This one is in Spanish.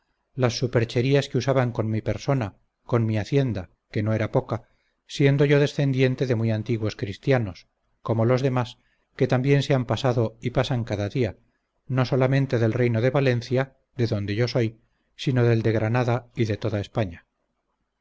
las supercherías que usaban con mi persona con mi hacienda que no era poca siendo yo descendiente de muy antiguos cristianos como los demás que también se han pasado y pasan cada día no solamente del reino de valencia de donde yo soy sino del de granada y de toda españa